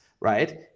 right